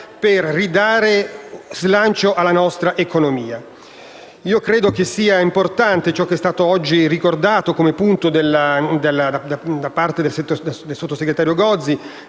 per ridare slancio alla nostra economia). Credo sia importante ciò che è stato oggi ricordato da parte del sottosegretario Gozi